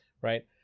Right